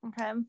okay